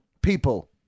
people